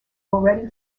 already